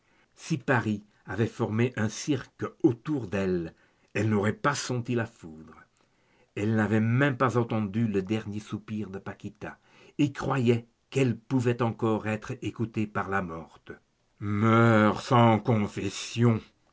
si paris avait formé un cirque autour d'elle elle n'aurait pas senti la foudre elle n'avait même pas entendu le dernier soupir de paquita et croyait qu'elle pouvait encore être écoutée par la morte meurs sans